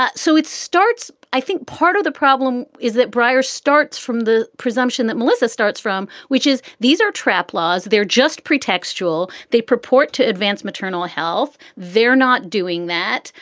ah so it starts i think part of the problem is that brierre starts from the presumption that melissa starts from, which is these are trappe laws. they're just pretextual. they purport to advance maternal health. they're not doing that.